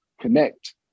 connect